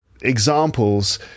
examples